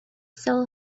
soul